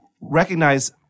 recognize